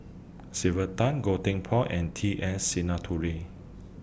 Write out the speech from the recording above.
Sylvia Tan Goh Tim Phuan and T S Sinnathuray